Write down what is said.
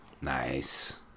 Nice